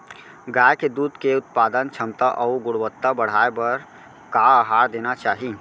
गाय के दूध के उत्पादन क्षमता अऊ गुणवत्ता बढ़ाये बर का आहार देना चाही?